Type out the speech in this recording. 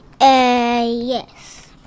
yes